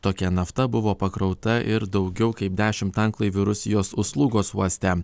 tokia nafta buvo pakrauta ir daugiau kaip dešim tanklaivių rusijos uslugos uoste